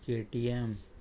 KTM